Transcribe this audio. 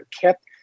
kept